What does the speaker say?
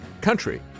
country